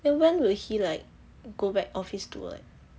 then when will he like go back office to like